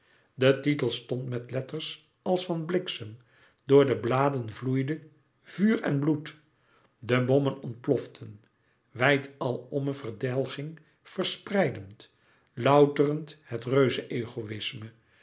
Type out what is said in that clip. de titel stond met letters als van bliksem door de bladen vloeide vuur en bloed de bommen ontploften wijd alomme verdelging verspreidend louterend het reuzeegoïsme